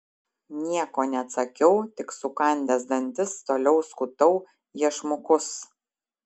nieko neatsakiau tik sukandęs dantis toliau skutau iešmukus